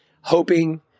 hoping